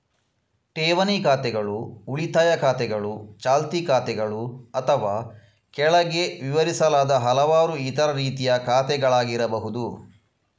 ಠೇವಣಿ ಖಾತೆಗಳು ಉಳಿತಾಯ ಖಾತೆಗಳು, ಚಾಲ್ತಿ ಖಾತೆಗಳು ಅಥವಾ ಕೆಳಗೆ ವಿವರಿಸಲಾದ ಹಲವಾರು ಇತರ ರೀತಿಯ ಖಾತೆಗಳಾಗಿರಬಹುದು